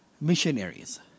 Missionaries